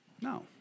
No